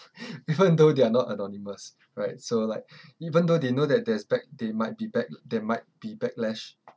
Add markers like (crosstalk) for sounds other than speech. (laughs) even though they are not anonymous right so like (breath) even though they know that there is back~ they might be back~ there might be backlash